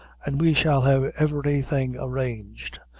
and we shall have every thing arranged.